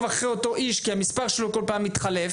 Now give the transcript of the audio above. אחרי אותו איש כי המספר שלו כל פעם מתחלף,